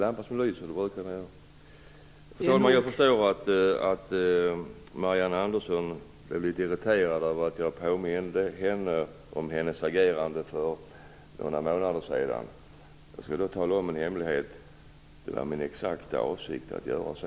Fru talman! Jag förstår att Marianne Andersson blev litet irriterad över att jag påminde henne om hennes agerande för några månader sedan, men jag kan tala om en hemlighet: Det var exakt min avsikt att göra så.